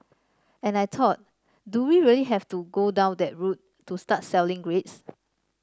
and I thought do we really have to go down that route to start selling grades